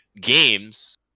games